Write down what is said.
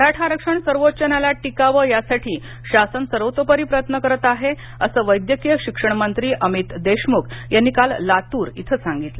मराठा आरक्षण सर्वोच्च न्यायालयात टिकावं यासाठी शासन सर्वतोपरी प्रयत्न करत आहे असं वैद्यकीय शिक्षण मंत्री अमित देशमुख यांनी काल लातूर इथं सांगितलं